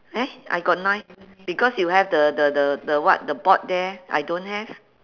eh I got nine because you have the the the the what the board there I don't have